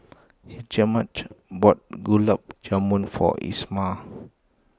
Hjalmer bought Gulab Jamun for Isamar